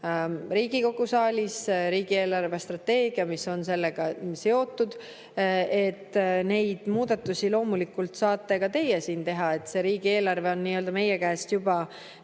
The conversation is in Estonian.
Riigikogu saalis, riigi eelarvestrateegia, mis on sellega seotud. Neid muudatusi loomulikult saate ka teie siin teha, see riigieelarve on meie käest juba